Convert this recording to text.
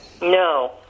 No